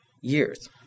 years